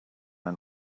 and